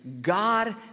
God